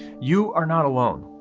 you are not alone,